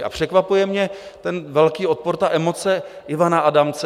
A překvapuje mě ten velký odpor, emoce Ivana Adamce.